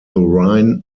rhine